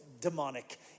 demonic